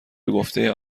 بگفته